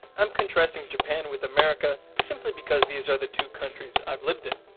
i'm contrasting japan with america simply because these are the two countries i've lived in.